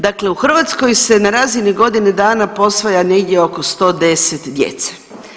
Dakle u Hrvatskoj se na razini godine dana posvaja negdje oko 110 djece.